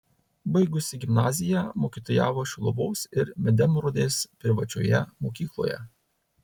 baigusi gimnaziją mokytojavo šiluvos ir medemrodės privačioje mokykloje